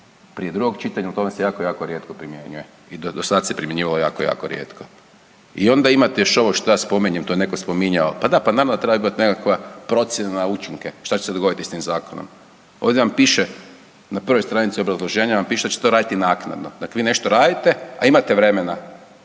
prije drugog čitanja. O tome se jako, jako rijetko primjenjuje i do sada se primjenjivalo jako, jako rijetko. I onda imate još ovo što ja spominjem, to je netko spominjao. Pa da po nama treba imati nekakva procjena na učinke što će se dogoditi sa tim zakonom. Ovdje vam piše na prvoj stranici obrazloženja vam piše da će to raditi naknadno. Dakle, vi nešto radite a imate vremena.